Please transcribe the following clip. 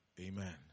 Amen